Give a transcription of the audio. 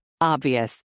Obvious